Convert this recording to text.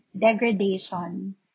degradation